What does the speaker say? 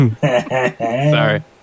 sorry